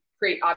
Create